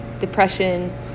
depression